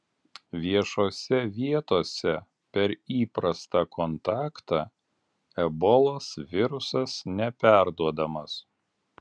viešose vietose per įprastą kontaktą ebolos virusas neperduodamas